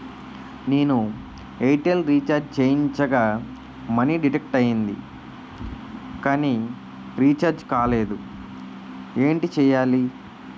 నేను Airtel recharge చేయించగా money deduct అయ్యింది కానీ రీఛార్జ్ కాలేదు ఏంటి చేయాలి?